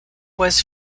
was